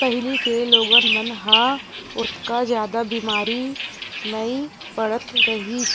पहिली के लोगन मन ह ओतका जादा बेमारी नइ पड़त रिहिस